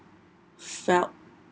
felt